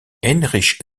heinrich